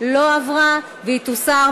תודה רבה.